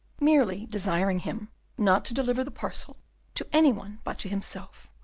merely desiring him not to deliver the parcel to any one but to himself,